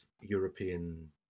European